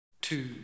Two